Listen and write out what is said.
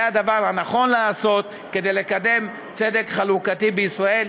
זה הדבר הנכון לעשות כדי לקדם צדק חלוקתי בישראל.